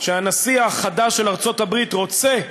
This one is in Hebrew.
שהנשיא החדש של ארצות-הברית רוצה,